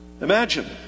Imagine